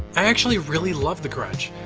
i actually really loved the grudge.